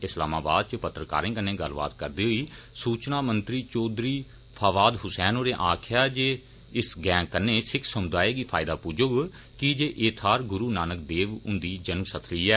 इस्लामाबाद इच पत्रकारें नै गल्लबात करदे होई सूचना मंत्री चौधरी फावाद हुसैन होरें आक्खेया जे इस गैंह कन्नै सिक्ख समुदाय गी फायदा पुज्जौग की जे एह थाहर गुरू नानक देव हुंदी जन्म स्थली ऐ